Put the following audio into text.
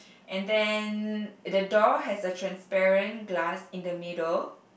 and then the door has a transparent glass in the middle